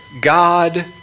God